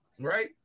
right